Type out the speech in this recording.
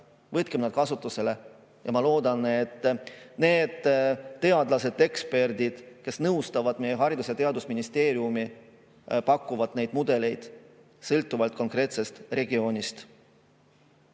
Võtkem need kasutusele. Ma loodan, et need teadlased, eksperdid, kes nõustavad meie Haridus- ja Teadusministeeriumi, pakuvad neid mudeleid sõltuvalt konkreetsest regioonist.